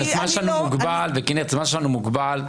הזמן שלנו מוגבל.